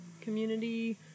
community